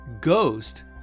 ghost